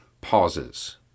pauses